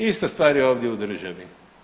Ista stvar je ovdje u državi.